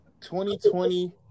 2020